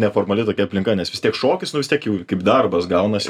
neformali tokia aplinka nes vis tiek šokis nu vis tiek jau kaip darbas gaunasi